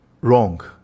wrong